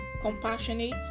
compassionate